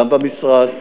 גם במשרד.